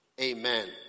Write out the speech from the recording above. Amen